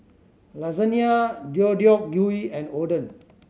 Lasagna Deodeok Gui and Oden